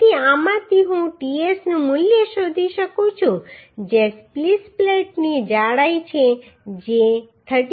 તેથી આમાંથી હું ts નું મૂલ્ય શોધી શકું છું જે સ્પ્લિસ પ્લેટની જાડાઈ છે જે 34